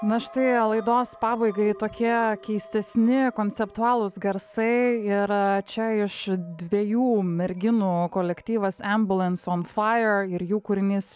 na štai laidos pabaigai tokie keistesni konceptualūs garsai ir čia iš dviejų merginų kolektyvas ambulance on fire ir jų kūrinys